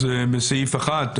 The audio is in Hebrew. בסעיף 1,